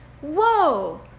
whoa